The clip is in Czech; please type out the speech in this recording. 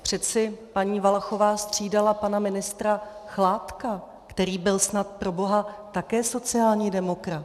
Přece paní Valachová střídala pana ministra Chládka, který byl snad proboha také sociální demokrat.